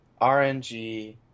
RNG